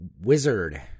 Wizard